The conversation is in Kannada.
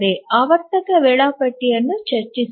ಆವರ್ತಕ ವೇಳಾಪಟ್ಟಿಯನ್ನು ಚರ್ಚಿಸೋಣ